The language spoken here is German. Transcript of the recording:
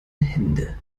hände